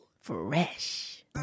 Fresh